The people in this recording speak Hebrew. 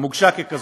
היא גם הוגשה ככזו,